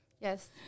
Yes